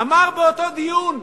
אמר באותו דיון,